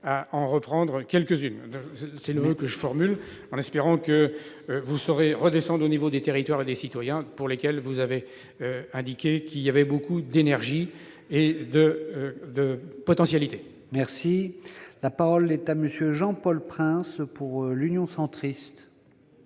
à reprendre quelques-unes d'entre elles. C'est le voeu que je formule, en espérant que vous saurez redescendre au niveau des territoires et des citoyens, pour lesquels vous avez indiqué qu'il y avait beaucoup d'énergie et de potentialités. La parole est à M. Jean-Paul Prince. Monsieur le